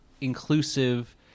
inclusive